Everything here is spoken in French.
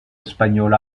espagnol